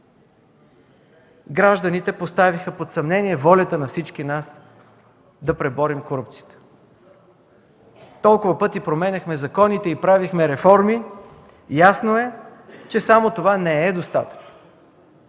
Гражданите поставиха под съмнение волята на всички нас да преборим корупцията. Толкова пъти променяхме законите и правихме реформи. Ясно е, че само това не е достатъчно